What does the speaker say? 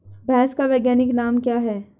भैंस का वैज्ञानिक नाम क्या है?